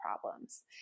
problems